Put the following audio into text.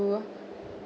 to